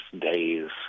days